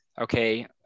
okay